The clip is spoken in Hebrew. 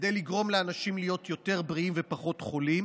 כדי לגרום לאנשים להיות יותר בריאים ופחות חולים